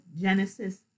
Genesis